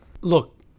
Look